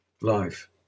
life